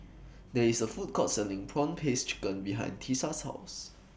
There IS A Food Court Selling Prawn Paste Chicken behind Tisa's House